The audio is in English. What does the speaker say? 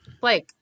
Blake